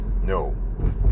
no